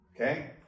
Okay